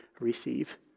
receive